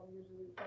usually